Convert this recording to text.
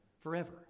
forever